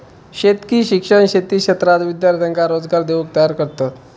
शेतकी शिक्षण शेती क्षेत्रात विद्यार्थ्यांका रोजगार देऊक तयार करतत